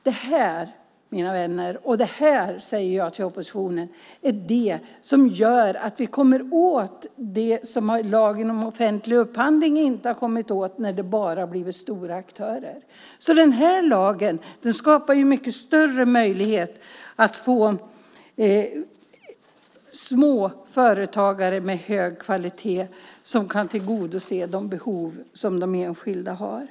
Det, mina vänner, och det säger jag också till oppositionen, gör att vi kommer åt det som lagen om offentlig upphandling inte kommit åt när det bara varit stora aktörer. Den här lagen skapar alltså mycket större möjligheter för små företag med hög kvalitet att tillgodose de behov som de enskilda har.